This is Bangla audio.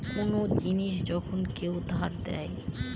কোন জিনিস যখন কেউ ধার দেয়